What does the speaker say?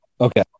Okay